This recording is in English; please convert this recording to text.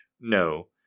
no